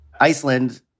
Iceland